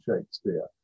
Shakespeare